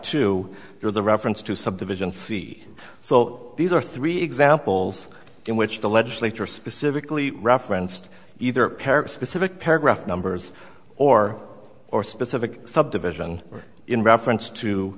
to your the reference to subdivision c so these are three examples in which the legislature specifically referenced either parent specific paragraph numbers or or specific subdivision or in reference to